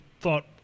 thought